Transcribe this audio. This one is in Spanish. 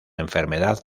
enfermedad